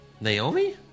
Naomi